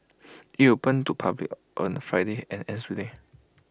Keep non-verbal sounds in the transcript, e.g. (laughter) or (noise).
(noise) IT opened to public on Friday and ends today